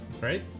right